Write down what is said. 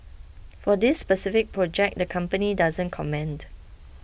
for this specific project the company doesn't comment